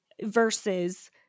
Versus